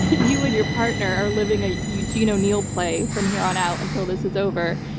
you and your partner are living a eugene o'neill play from here on out until this is over.